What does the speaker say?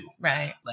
right